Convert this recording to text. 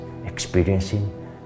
experiencing